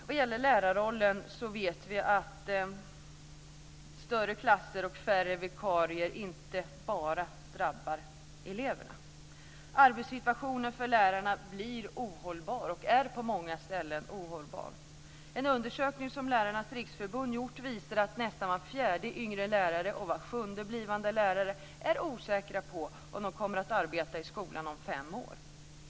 Vad gäller lärarrollen vet vi att större klasser och färre vikarier inte bara drabbar eleverna. Arbetssituationen för lärarna blir ohållbar, och är redan på många ställen ohållbar. En undersökning som Lärarnas Riksförbund har gjort visar att nästan var fjärde yngre lärare och var sjunde blivande lärare är osäker på om han eller hon kommer att arbeta i skolan om fem år.